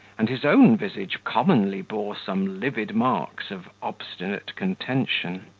and his own visage commonly bore some livid marks of obstinate contention.